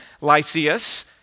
Lysias